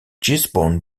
gisborne